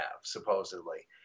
supposedly